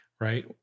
right